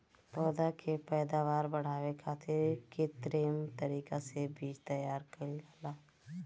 पौधा के पैदावार बढ़ावे खातिर कित्रिम तरीका से बीज तैयार कईल जाला